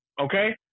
Okay